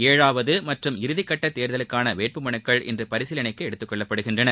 ஏழாவது மற்றும் இறுதிக்கட்டத் தேர்தலுக்கான வேட்புமனுக்கள் இன்று பரிசீலனைக்கு எடுத்துக் கொள்ளப்படுகின்றன